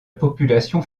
population